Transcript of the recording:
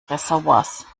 reservoirs